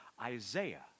Isaiah